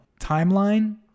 timeline